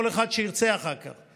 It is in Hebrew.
אחד שירצה אחר כך,